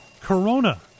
Corona